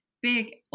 big